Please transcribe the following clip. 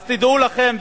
אז תדעו לכם,